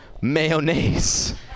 mayonnaise